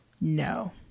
No